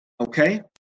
okay